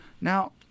Now